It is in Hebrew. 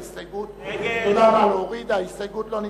ההסתייגות של חברי הכנסת